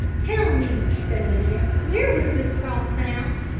tell me, said lydia, where was this cross found?